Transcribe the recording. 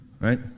right